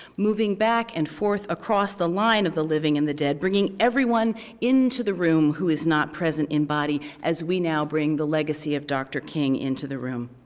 moving back and forth across the line of the living and the dead, bringing bringing everyone into the room who is not present in body as we now bring the legacy of dr. king into the room.